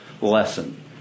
lesson